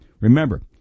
Remember